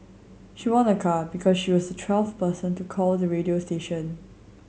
she won a car because she was twelfth person to call the radio station